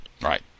right